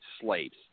slaves